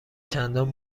چندان